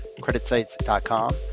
creditsites.com